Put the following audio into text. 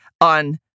on